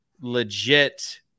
legit